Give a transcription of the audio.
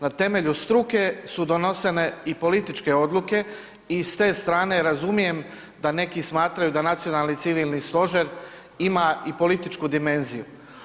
Na temelju struke su donošene i političke odluke i s te strane razumijem da neki smatraju da Nacionalni civilni stožer ima i političku dimenziju.